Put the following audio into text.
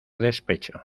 despecho